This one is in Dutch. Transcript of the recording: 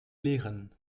liegen